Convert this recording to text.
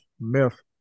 myth